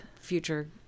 future